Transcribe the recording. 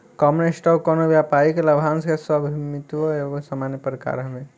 common stock कवनो व्यापारिक लाभांश के स्वामित्व के एगो सामान्य प्रकार हवे